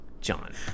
John